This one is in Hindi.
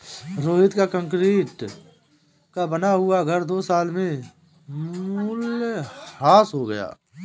रोहित का कंक्रीट का बना हुआ घर दो साल में मूल्यह्रास हो गया